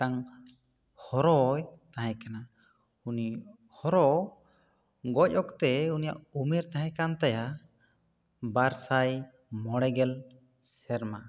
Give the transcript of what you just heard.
ᱢᱤᱫᱴᱟᱝ ᱦᱚᱨᱚᱭ ᱛᱟᱦᱮᱸ ᱠᱟᱱᱟ ᱩᱱᱤ ᱦᱚᱨᱚ ᱜᱚᱡ ᱚᱠᱛᱮ ᱩᱱᱤᱭᱟᱜ ᱩᱢᱮᱨ ᱛᱟᱦᱮᱸ ᱠᱟᱱ ᱛᱟᱭᱟ ᱵᱟᱨ ᱥᱟᱭ ᱢᱚᱬᱮ ᱜᱮᱞ ᱥᱮᱨᱢᱟ